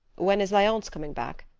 when is leonce coming back?